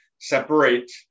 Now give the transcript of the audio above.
separate